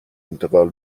انتقال